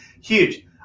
huge